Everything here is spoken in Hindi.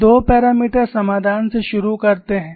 हम दो मापदण्ड समाधान से शुरू करते हैं